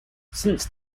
since